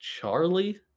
charlie